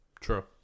True